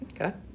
Okay